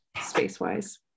space-wise